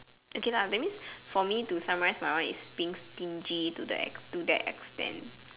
okay lah that means for me to summarize my one is being stingy to the to the extent